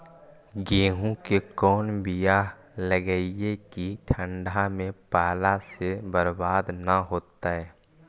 गेहूं के कोन बियाह लगइयै कि ठंडा में पाला से बरबाद न होतै?